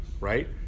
right